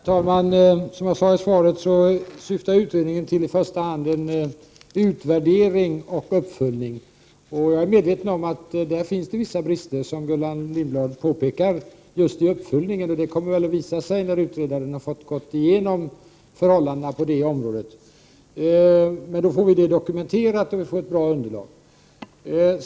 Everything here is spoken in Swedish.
Herr talman! Som jag sade i svaret syftar utredningen i första hand till en utvärdering och uppföljning. Jag är medveten om att det finns vissa brister, som Gullan Lindblad påpekar, just i uppföljningen. Det kommer väl att visa sig när utredaren gått igenom förhållandena. Då får vi det hela dokumenterat, och vi får ett bra underlag.